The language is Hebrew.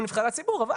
אתם נבחרי הציבור, אבל